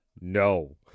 no